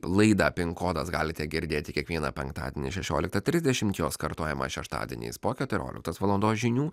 laidą pinkodas galite girdėti kiekvieną penktadienį šešioliktą trisdešimt jos kartojamą šeštadieniais po keturioliktos valandos žinių